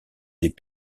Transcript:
des